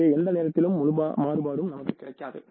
எனவே எந்த நேரத்திலும் முழு மாறுபாடும் நமக்கு கிடைக்காது